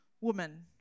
woman